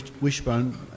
wishbone